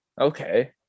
Okay